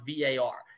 VAR